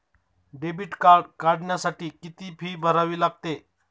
Debit card काढण्यासाठी किती fee भरावी लागते?